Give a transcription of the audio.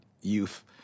youth